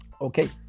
Okay